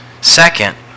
Second